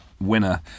winner